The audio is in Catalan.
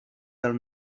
del